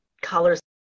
colors